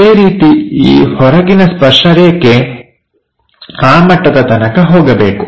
ಅದೇ ರೀತಿ ಈ ಹೊರಗಿನ ಸ್ಪರ್ಶ ರೇಖೆ ಆ ಮಟ್ಟದ ತನಕ ಹೋಗಬೇಕು